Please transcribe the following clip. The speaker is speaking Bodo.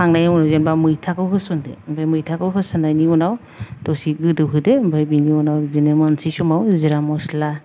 खांनायनि उनाव जेनबा मैथाखौ होसनदो ओमफ्राय मैथाखौ होसननायनि उनाव दसे गोदौहोदो ओमफ्राय बेनि उनाव बिदिनो मोनसै समाव जिरा मस्ला